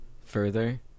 further